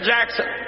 Jackson